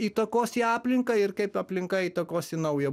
įtakos į aplinką ir kaip aplinka įtakos į naują